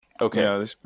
Okay